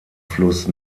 fluss